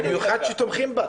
במיוחד שתומכים בה.